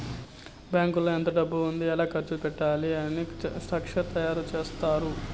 బ్యాంకులో ఎంత డబ్బు ఉంది ఎలా ఖర్చు పెట్టాలి అని స్ట్రక్చర్ తయారు చేత్తారు